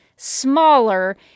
smaller